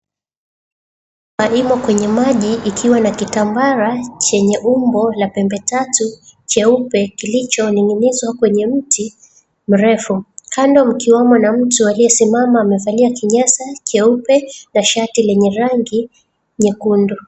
Yalimo kwenye maji ikiwa kitambara chenye umbo la pembe tatu, cheupe, kilichoning'inizwa kwenye mti mrefu. Kando mkiwamo na mtu aliyesimama amevalia kinyasa cheupe na shati lenye rangi nyekundu.